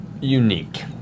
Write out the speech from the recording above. unique